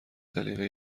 سلیقه